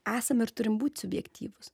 esam ir turim būt subjektyvūs